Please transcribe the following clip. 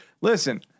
Listen